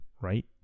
right